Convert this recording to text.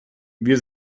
wir